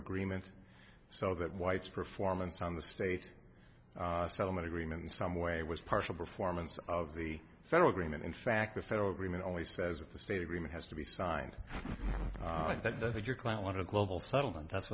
agreement so that whites performance on the state settlement agreement in some way was partial performance of the federal government in fact the federal government only says that the state agreement has to be signed that your client wanted a global settlement that's